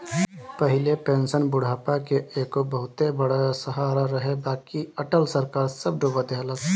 पहिले पेंशन बुढ़ापा के एगो बहुते बड़ सहारा रहे बाकि अटल सरकार सब डूबा देहलस